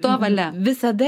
to valia visada